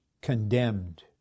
condemned